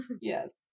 Yes